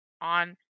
on